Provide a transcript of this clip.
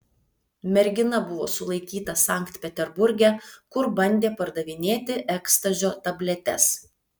mergina buvo sulaikyta sankt peterburge kur bandė pardavinėti ekstazio tabletes